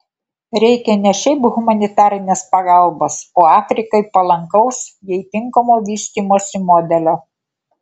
reikia ne šiaip humanitarinės pagalbos o afrikai palankaus jai tinkamo vystymosi modelio